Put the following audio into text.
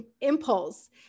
impulse